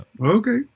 okay